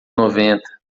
noventa